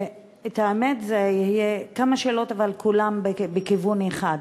האמת, יהיו כמה שאלות, אבל כולן בכיוון אחד: